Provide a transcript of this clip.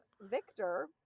Victor